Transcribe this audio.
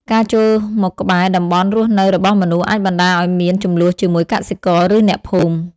ការចូលមកក្បែរតំបន់រស់នៅរបស់មនុស្សអាចបណ្តាលឲ្យមាន ជម្លោះជាមួយកសិករ ឬអ្នកភូមិ។